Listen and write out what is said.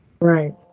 right